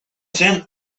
zen